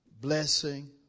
blessing